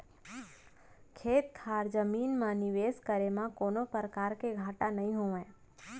खेत खार जमीन म निवेस करे म कोनों परकार के घाटा नइ होवय